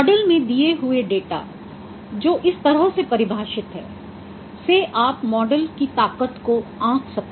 model में दिए हुए डेटा जो इस तरह से परिभाषित है से आप मॉडल की ताकत को आंक सकते है